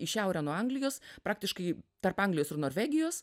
į šiaurę nuo anglijos praktiškai tarp anglijos ir norvegijos